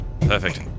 Perfect